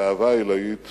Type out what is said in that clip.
ואהבה עילאית